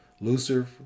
Lucifer